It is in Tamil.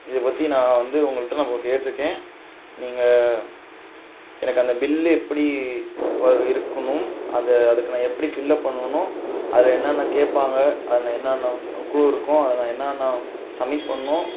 இதைப் பற்றி நான் வந்து உங்கள்கிட்ட நான் இப்போ கேட்டிருக்கேன் நீங்கள் எனக்கு அந்த பில்லு எப்படி ஒரு இருக்கணும் அதை அதுக்கு நான் எப்படி ஃபில்அப் பண்ணணும் அதை என்னென்று கேட்பாங்க அதில் என்னென்ன க்ளு இருக்கும் அதில் என்னென்ன சம்மிட் பண்ணணும்